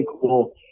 cool